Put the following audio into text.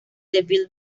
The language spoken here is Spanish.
devil